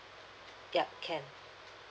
ya can